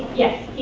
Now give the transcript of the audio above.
yes,